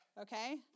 okay